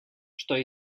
что